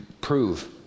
prove